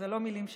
זה לא מילים שלי.